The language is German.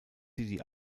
die